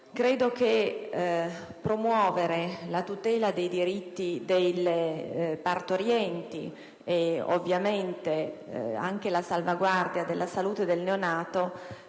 Credo che promuovere la tutela dei diritti delle partorienti e, ovviamente, la salvaguardia della salute del neonato